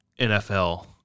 NFL